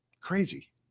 crazy